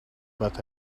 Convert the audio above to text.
but